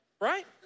Right